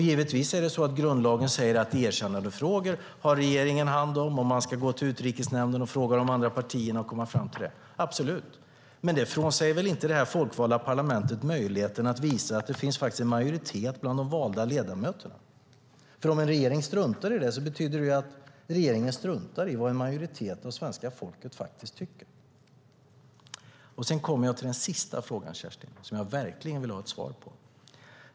Givetvis säger grundlagen att erkännandefrågor har regeringen hand om och att man ska gå till Utrikesnämnden och samråda med de andra partierna. Men det frånsäger inte det folkvalda parlamentet möjligheten att visa att det finns en majoritet bland de valda ledamöterna. Om en regering struntar i det betyder det att regeringen struntar i vad en majoritet av svenska folket faktiskt tycker. Sedan kommer jag till min sista fråga, som jag verkligen vill ha ett svar på.